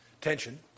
tension